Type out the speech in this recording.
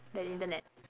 the Internet